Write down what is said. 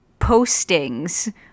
postings